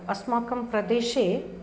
अस्माकं प्रदेशे